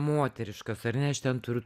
moteriškas ar ne aš ten turiu